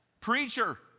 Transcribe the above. preacher